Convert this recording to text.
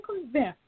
convinced